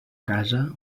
casa